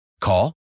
Call